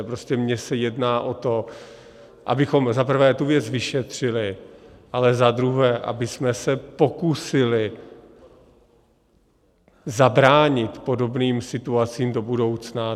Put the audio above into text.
Prostě mně se jedná o to, abychom za prvé tu věc vyšetřili, ale za druhé abychom se pokusili zabránit podobným situacím do budoucna.